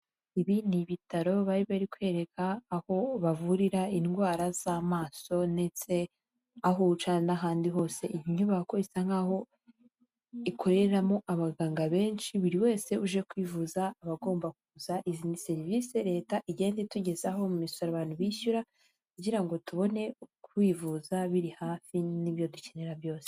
Ibi ni ibitaro bari bari kwereka aho bavurira indwara z'amaso ndetse aho uca n'ahandi hose, iyi nyubako isa nk'kaho ikoreramo abaganga benshi buri wese uje kwivuza abagomba kuza, izi serivisi leta igenda itugezaho mu misoro abantu bishyura kugira ngo tubone kwivuza biri hafi n'ibyo dukenera byose.